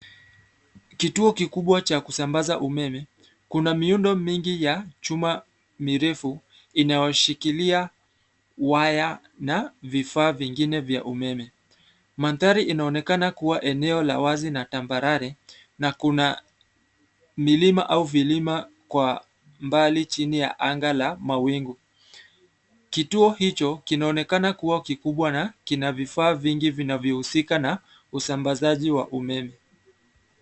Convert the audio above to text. Kituo kikubwa cha kusambaza umeme. Kuna miundo mingi ya chuma mirefu inayoshikilia waya na vifaa vingine vya umeme. Mandhari inaonekana kuwa eneo la wazi na tambarare na kuna milima au vilima kwa mbali chini ya anga la mawingu. Kituo hicho kinaonekana kikubwa na kina vifaa vingi vinavyohusika na usambasaji wa umeme.